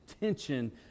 tension